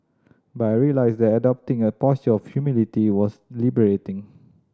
but I realised that adopting a posture of humility was liberating